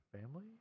family